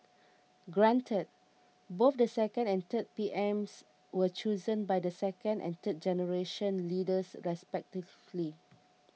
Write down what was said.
granted both the second and third P M S were chosen by the second and third generation leaders respectively